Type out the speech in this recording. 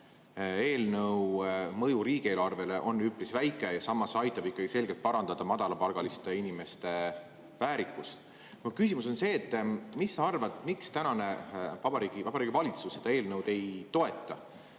eelnõu mõju riigieelarvele on üpris väike ja samas aitab see ikkagi selgelt parandada madalapalgaliste inimeste väärikust. Mu küsimus on see. Mis sa arvad, miks tänane Vabariigi Valitsus seda eelnõu ei toeta?